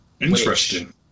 interesting